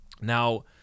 Now